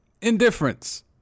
indifference